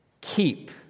keep